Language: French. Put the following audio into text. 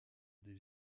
des